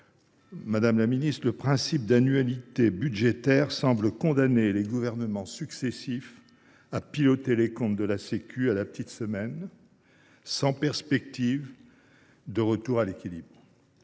madame la ministre, le principe d’annualité budgétaire semble condamner les gouvernements successifs à piloter les comptes de la sécurité sociale à la petite semaine, sans perspective de retour à l’équilibre.